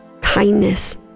kindness